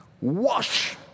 wash